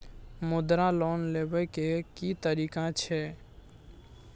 मुद्रा लोन लेबै के की तरीका छै?